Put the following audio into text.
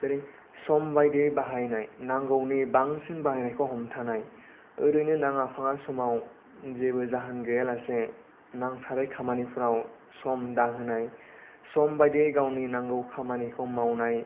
जेरै सम बायदियै बाहायनाय नांगौनि बांसिन बाहायनायखौ हमथानाय ओरैनो नाङा फाङा समाव जेबो जाहोन गैयालासे नांसारै खामानिफोराव सम बारहोनाय सम बायदियै गावनि नांगौ खामानिखौ मावनाय